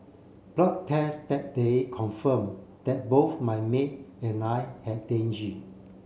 blood test that day confirm that both my maid and I had